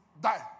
die